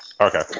Okay